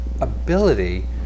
ability